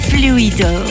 Fluido